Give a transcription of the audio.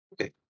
Okay